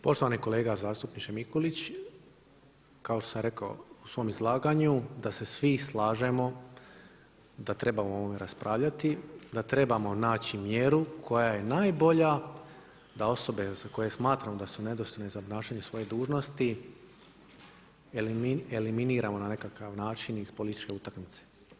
Poštovani kolega zastupniče Mikulić, kao što je rekao u svom izlaganju da se svi slažemo da trebamo o ovome raspravljati, da trebamo naći mjeru koja je najbolja da osobe za koje smatramo da su nedostojne za obnašanje svoje dužnosti eliminiramo na nekakav način iz političke utakmice.